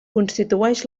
constitueix